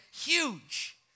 Huge